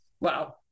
wow